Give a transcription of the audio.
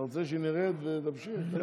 אתה רוצה שנרד ואתה תמשיך?